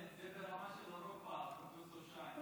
זה ברמה של אירופה, פרופ' שיין.